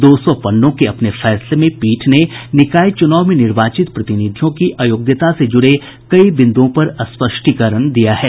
दो सौ पन्नों के अपने फैसले में पीठ ने निकाय चुनाव में निर्वाचित प्रतिनिधियों की आयोग्यता से जुड़े कई बिंदुओं पर स्पष्टीकरण दिया है